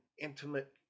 intimate